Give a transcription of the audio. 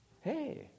hey